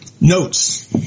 notes